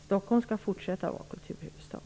Stockholm skall fortsätta att vara vår kulturhuvudstad.